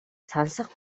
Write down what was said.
сонсох